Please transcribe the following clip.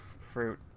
fruit